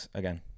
again